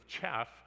chaff